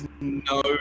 no